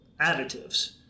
additives